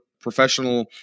professional